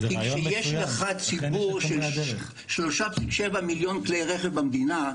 כי כשיש לך ציבור של 3,7 מיליון כלי רכב במדינה,